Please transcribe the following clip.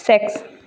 sex